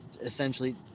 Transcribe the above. Essentially